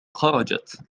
خرجت